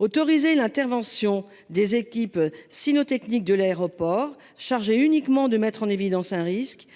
Autorisé l'intervention des équipes cynotechniques de l'aéroport chargé uniquement de mettre en évidence un risque.